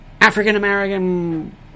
African-American